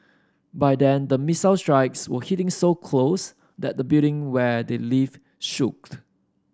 by then the missile strikes were hitting so close that the building where they live shook